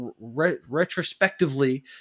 retrospectively